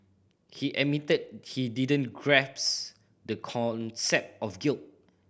he admitted he didn't the concept of guilt